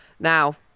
Now